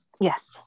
yes